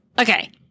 Okay